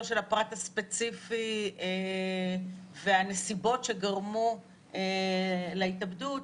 של הפרט הספציפי והנסיבות שגרמו להתאבדות,